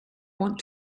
want